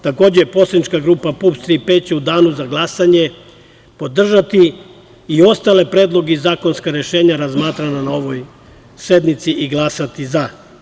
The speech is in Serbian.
Takođe poslanička grupa PUPS „Tri P“ će u danu za glasanje podržati i ostale predloge i zakonska rešenja razmatrana na ovoj sednici i glasati za.